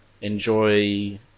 enjoy